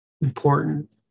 important